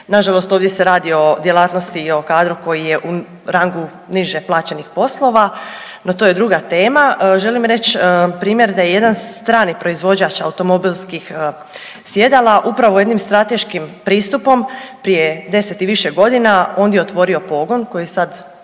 Nažalost, ovdje se radi o djelatnosti i o kadru koji je u rangu niže plaćenih poslova, no to je druga tema, želim reći primjer da je jedan strani proizvođač automobilskih sjedala upravo jednim strateškim pristupom prije 10 i više godina ondje otvorio pogon koji je